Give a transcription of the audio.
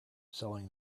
selling